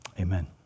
Amen